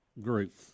group